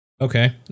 Okay